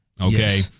Okay